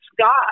Scott